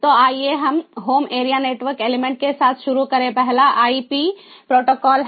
तो आइए हम होम एरिया नेटवर्क एलिमेंट के साथ शुरू करें पहला आईपी प्रोटोकॉल है